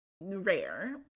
rare